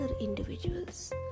individuals